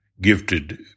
gifted